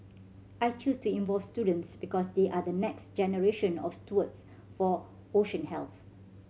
I chose to involve students because they are the next generation of stewards for ocean health